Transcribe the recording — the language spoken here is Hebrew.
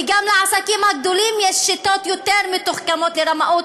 ולעסקים גדולים יש שיטות יותר מתוחכמות לרמאות,